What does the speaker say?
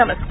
नमस्कार